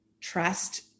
trust